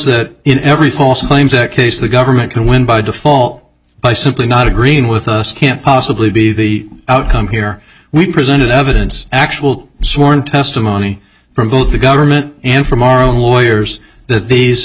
that in every false claims that case the government can win by default by simply not agreeing with us can't possibly be the outcome here we presented evidence actual sworn testimony from both the government and from our own lawyers that